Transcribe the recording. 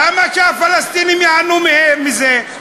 למה שהפלסטינים ייהנו מזה?